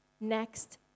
Next